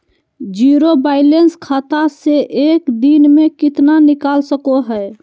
Zero balance खाता से एक दिन में कितना निकाल सको है?